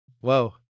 Whoa